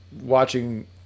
watching